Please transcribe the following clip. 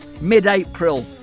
Mid-April